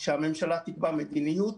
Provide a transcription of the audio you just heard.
שהממשלה תקבע מדיניות,